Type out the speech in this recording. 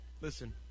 Listen